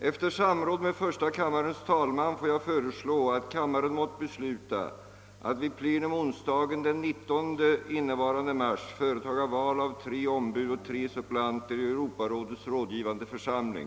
Efter samråd med första kammarens talman får jag föreslå, att kammaren måtte besluta att vid plenum onsdagen den 19 innevarande mars företaga val av tre ombud och tre suppleanter i Europarådets rådgivande församling.